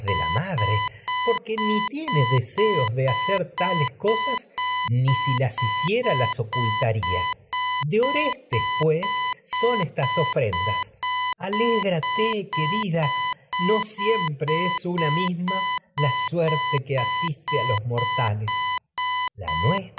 la madre ni si las ni tiene deseos do hacer tales pues cosas son hiciera las ocultaría de orestes estas ofren das alégrate que sido querida no siempre es una misma la suerte asiste a los jnortales la